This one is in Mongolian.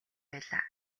байлаа